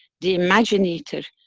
the imaginator,